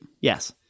Yes